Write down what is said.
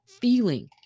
feeling